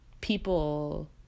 People